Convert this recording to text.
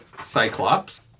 Cyclops